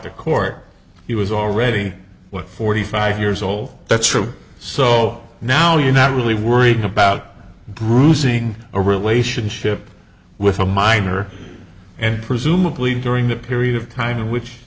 to court he was already what forty five years old that's true so now you're not really worried about bruising a relationship with a minor and presumably during the period of time in which